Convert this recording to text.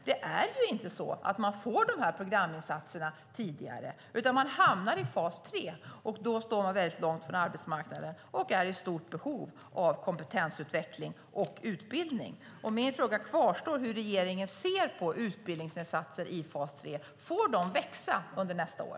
Det stämmer inte att man får dessa programinsatser tidigare, utan man hamnar i fas 3, och då står man väldigt långt från arbetsmarknaden och är i stort behov av kompetensutveckling och utbildning. Min fråga kvarstår: Hur ser regeringen på utbildningsinsatser i fas 3? Får de växa under nästa år?